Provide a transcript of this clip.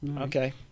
okay